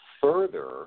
Further